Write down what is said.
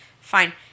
fine